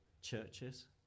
churches